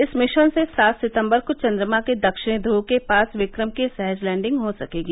इस मिशन से सात सितम्बर को चंद्रमा के दक्षिणी ध्र्व के पास विक्रम की सहज लैंडिंग हो सकेगी